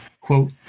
Quote